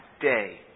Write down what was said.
day